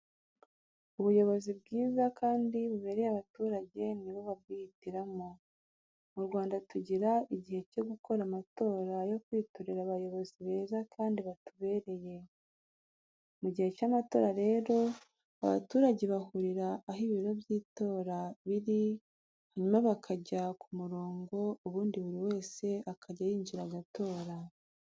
Ubuyobozi bwiza kandi bubereye abaturage ni bo babwihitiramo. Mu Rwanda tugira igihe cyo gukora amatora yo kwitorera abayobozi beza kandi batubereye. Mu gihe cy'amatora rero abaturage bahurira aho ibiro by'itora biri, hanyuma bakajya ku murongo, ubundi buri wese akajya yinjira agatora.